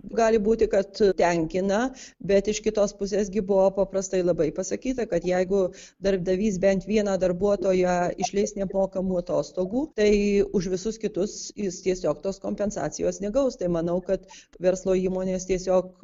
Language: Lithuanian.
gali būti kad tenkina bet iš kitos pusės gi buvo paprastai labai pasakyta kad jeigu darbdavys bent vieną darbuotoją išleis neapmokamų atostogų tai už visus kitus jis tiesiog tos kompensacijos negaus tai manau kad verslo įmonės tiesiog